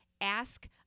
ask –